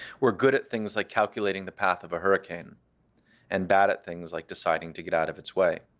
we're good at things like calculating the path of a hurricane and bad at things like deciding to get out of its way.